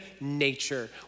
nature